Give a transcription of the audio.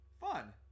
Fun